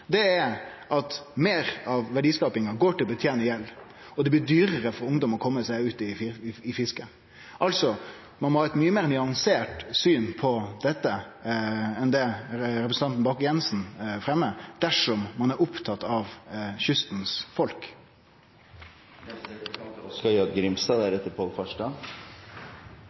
fører, er at meir av verdiskapinga går til å betale gjeld, og det blir dyrare for ungdom å kome seg ut i fisket. Ein må ha eit mykje meir nyansert syn på dette enn det representanten Bakke-Jensen fremjar, dersom ein er opptatt av